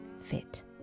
fit